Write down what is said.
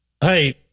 hey